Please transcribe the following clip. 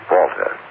Walter